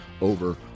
over